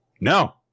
No